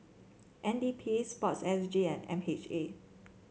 N D P sport S G and M H A